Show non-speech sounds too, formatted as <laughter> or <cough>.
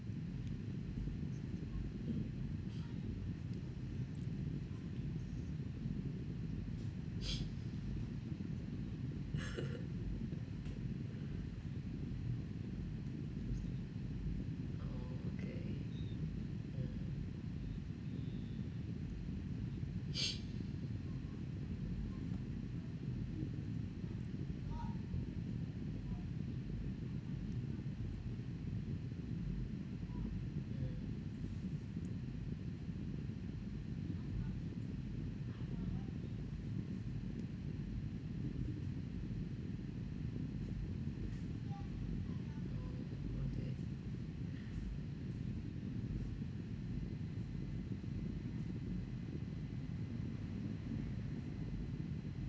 <breath> <laughs> okay mm <breath> mm okay